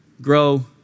grow